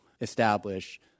establish